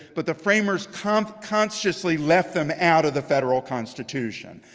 but the framers kind of consciously left them out of the federal constitution.